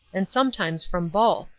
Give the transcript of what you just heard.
and some times from both.